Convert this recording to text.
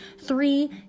three